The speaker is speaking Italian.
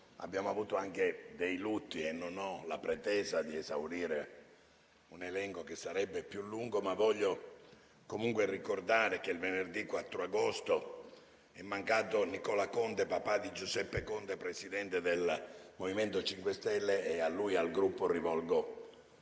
abbiamo avuto anche dei lutti e non ho la pretesa di esaurire un elenco che sarebbe più lungo. Voglio comunque ricordare che venerdì 4 agosto è mancato Nicola Conte, papà di Giuseppe Conte, presidente del MoVimento 5 Stelle. A lui e al Gruppo rivolgo